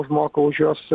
užmoka už juos